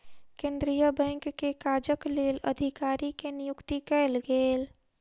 केंद्रीय बैंक के काजक लेल अधिकारी के नियुक्ति कयल गेल